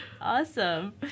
Awesome